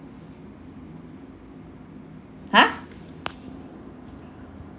!huh!